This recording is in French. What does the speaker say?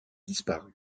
disparus